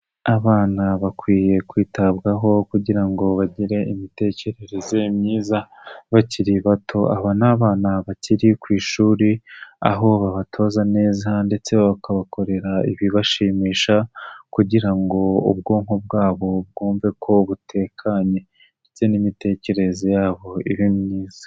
Abana bakwiye kwitabwaho kugira ngo bagire imitekerereze myiza bakiri bato, abana bakiri ku ishuri aho babatoza neza ndetse bakabakorera ibibashimisha, kugira ngo ubwonko bwabo bwumve ko butekanye ndetse n'imitekerereze yabo ibe myiza.